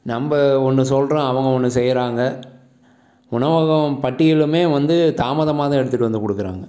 நம்ப ஒன்று சொல்கிறோம் அவங்க ஒன்று செய்றாங்க உணவகம் பட்டியலுமே வந்து தாமதமாக தான் எடுத்துகிட்டு வந்து கொடுக்கறாங்க